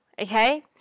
Okay